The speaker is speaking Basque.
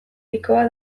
pikoa